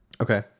Okay